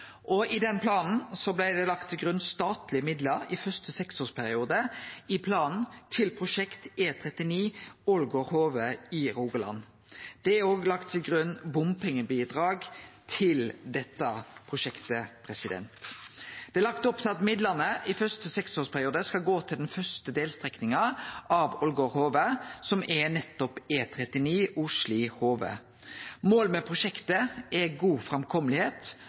I den planen blei det lagt til grunn statlege midlar i første seksårsperiode i planen til prosjekt E39 Ålgård–Hove i Rogaland. Det er òg lagt til grunn bompengebidrag til dette prosjektet. Det er lagt opp til at midlane i første seksårsperiode skal gå til den første delstrekninga av Ålgård–Hove, som er nettopp E39 Osli–Hove. Målet med prosjektet er god